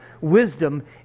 wisdom